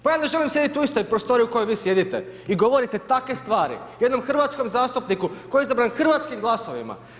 Pa ja ne želim sjediti u istoj prostoriji u kojoj vi sjedite, i govorite takve stvari jednom hrvatskom zastupniku koji je izabran hrvatskim glasovima.